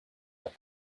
have